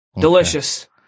Delicious